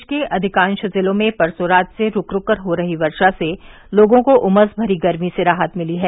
प्रदेश के अधिकांश जिलों में परसों रात से रूक रूक कर हो रही वर्षा से लोगों को उमस भरी गर्मी से राहत मिली है